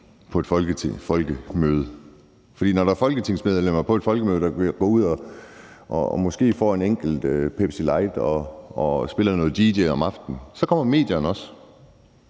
der er folketingsmedlemmer på et folkemøde, som måske går ud og får en enkelt Pepsi Light og spiller som dj om aftenen, så kommer medierne også,